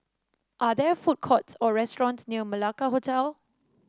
are there food courts or restaurants near Malacca Hotel